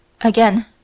Again